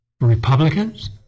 Republicans